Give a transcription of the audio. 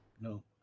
No